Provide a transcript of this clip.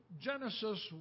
Genesis